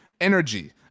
energy